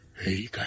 Hey